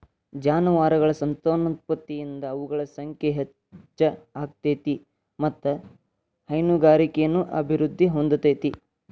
ಜಾನುವಾರಗಳ ಸಂತಾನೋತ್ಪತ್ತಿಯಿಂದ ಅವುಗಳ ಸಂಖ್ಯೆ ಹೆಚ್ಚ ಆಗ್ತೇತಿ ಮತ್ತ್ ಹೈನುಗಾರಿಕೆನು ಅಭಿವೃದ್ಧಿ ಹೊಂದತೇತಿ